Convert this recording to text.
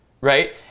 right